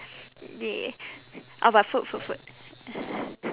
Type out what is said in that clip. !yay! oh but food food food